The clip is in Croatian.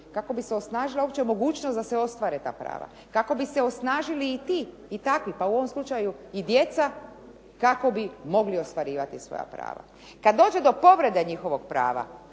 kako bi se osnažila uopće mogućnost da se ostvare ta prava, kako bi se osnažili ti i takvi pa u ovom slučaju i djeca kako bi mogli ostvarivati svoja prava. Kad dođe do povrede njihovog prava